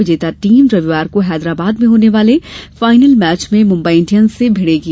विजेता टीम रविवार को हैदराबाद में होने वाले फाइनल मैच में मुम्बई इंडियंस से भिड़ेगी